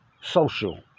social